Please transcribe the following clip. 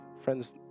friends